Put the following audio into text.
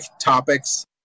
topics